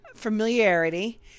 Familiarity